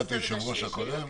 את היושב-ראש הקודם.